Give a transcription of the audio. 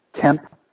Temp